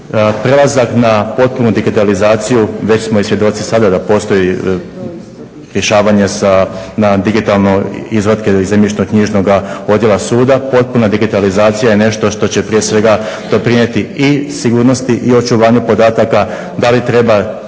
Prelazak na potpunu digitalizaciju već smo i svjedoci sada da postoji rješavanje sa, na digitalne izvatke iz zemljišno-knjižnoga odjela suda. Potpuna digitalizacija je nešto što će prije svega doprinijeti i sigurnosti i očuvanju podataka da li treba